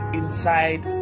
inside